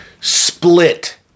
split